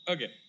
Okay